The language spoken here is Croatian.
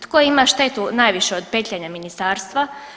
Tko ima štetu najviše od petljanja ministarstva?